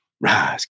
rise